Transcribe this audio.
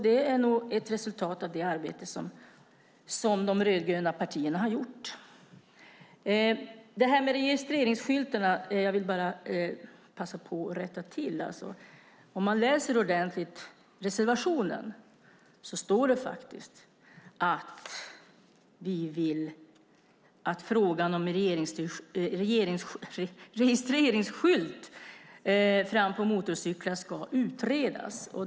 Det är nog ett resultat av det arbete som vi rödgröna partier har gjort. När det gäller registreringsskyltarna vill jag bara passa på att rätta till. Om man läser reservationen ordentligt ser man att det faktiskt står att vi vill att frågan om registreringsskylt fram på motorcyklar ska utredas.